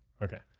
okay?